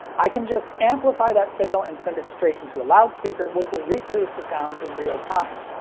i can just amplify that signal and send it straight into a loudspeaker, which will reproduce the sound in real time.